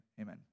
amen